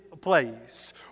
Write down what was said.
Place